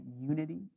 unity